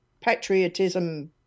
patriotism